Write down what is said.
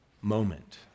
moment